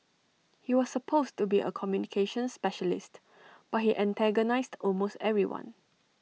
he was supposed to be A communications specialist but he antagonised almost everyone